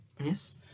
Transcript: yes